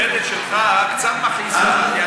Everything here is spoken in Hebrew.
אבל ההצעה המנומקת שלך קצת מכעיסה אותי.